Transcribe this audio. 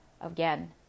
again